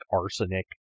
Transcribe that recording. arsenic